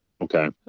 Okay